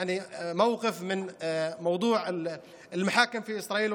לנו עמדה כלפי בתי המשפט בישראל,